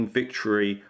victory